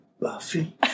Buffy